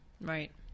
right